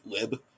lib